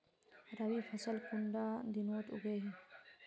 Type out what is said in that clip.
रवि फसल कुंडा दिनोत उगैहे?